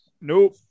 Nope